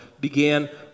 began